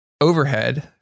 overhead